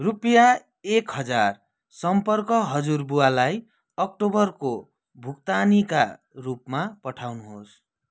रुपियाँ एक हजार सम्पर्क हजुरबुवालाई अक्टोबरको भुक्तानीका रूपमा पठाउनुहोस्